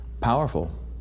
Powerful